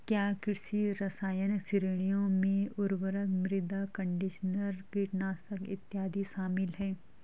क्या कृषि रसायन श्रेणियों में उर्वरक, मृदा कंडीशनर, कीटनाशक इत्यादि शामिल हैं?